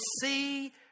see